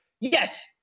Yes